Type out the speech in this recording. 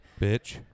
bitch